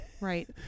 right